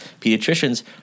pediatricians